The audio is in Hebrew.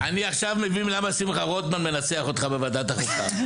אני עכשיו למה שמחה רוטמן מנצח אותך בוועדת החוקה.